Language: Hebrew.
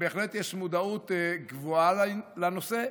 שבהחלט יש מודעות גבוהה לנושא.